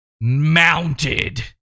mounted